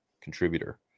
contributor